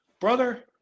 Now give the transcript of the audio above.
brother